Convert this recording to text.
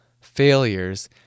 failures